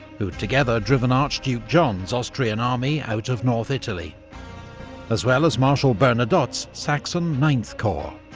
who'd together driven archduke john's austrian army out of north italy as well as marshal bernadotte's saxon ninth corps.